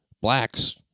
blacks